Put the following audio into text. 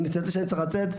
אני מתנצל שאני צריך לצאת,